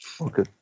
Okay